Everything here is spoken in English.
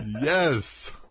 yes